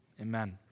Amen